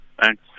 Thanks